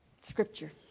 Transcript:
Scripture